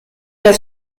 der